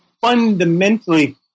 fundamentally